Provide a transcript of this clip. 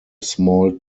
small